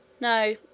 No